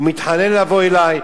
הוא מתחנן לבוא אלי.